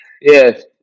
Yes